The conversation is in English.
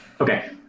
Okay